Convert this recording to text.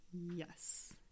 Yes